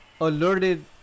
alerted